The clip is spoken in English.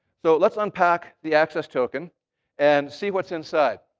so let's unpack the access token and see what's inside.